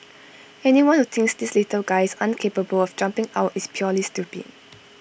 anyone who thinks these little guys aren't capable of jumping out is purely stupid